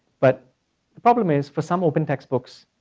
but the problem is, for some open textbooks,